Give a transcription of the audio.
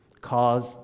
Cause